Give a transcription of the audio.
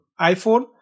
iPhone